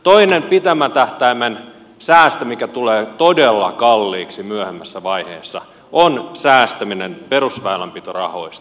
toinen pitemmän tähtäimen säästö mikä tulee todella kalliiksi myöhemmässä vaiheessa on säästäminen perusväylänpitorahoista